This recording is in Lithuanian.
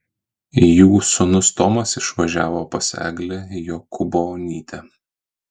jų sūnus tomas išvažiavo pas eglę jokūbonytę